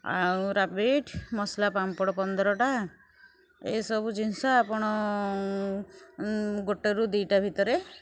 ଆଉ ରାବିଡ ମସଲା ପାମ୍ପଡ଼ ପନ୍ଦର ଟା ଏ ସବୁ ଜିନିଷ ଆପଣ ଗୋଟେ ରୁ ଦୁଇ ଟା ଭିତରେ